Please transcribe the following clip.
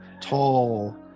tall